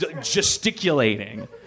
gesticulating